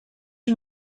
you